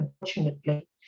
unfortunately